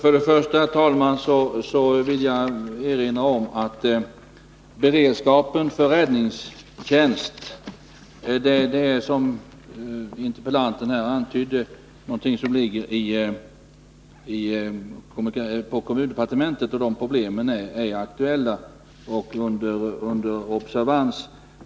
Herr talman! Jag vill först erinra om att beredskapen för räddningstjänst såsom interpellanten här antydde ligger under kommundepartementet. Problemen på den punkten är aktuella och under observans.